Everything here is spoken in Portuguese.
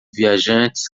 viajantes